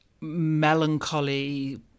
melancholy